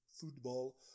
football